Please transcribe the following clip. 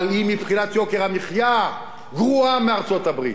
אבל היא מבחינת יוקר המחיה גרועה מארצות-הברית.